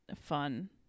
fun